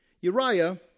Uriah